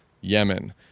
yemen